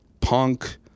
punk